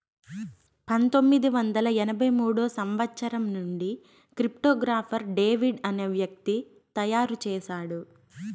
పంతొమ్మిది వందల ఎనభై మూడో సంవచ్చరం నుండి క్రిప్టో గాఫర్ డేవిడ్ అనే వ్యక్తి తయారు చేసాడు